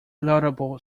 laudable